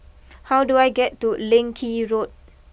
how do I get to Leng Kee Road